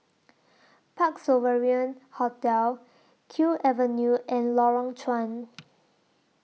Parc Sovereign Hotel Kew Avenue and Lorong Chuan